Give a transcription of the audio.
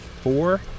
four